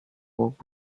work